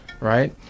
right